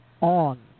on